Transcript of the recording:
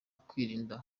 kwirinda